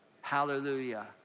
hallelujah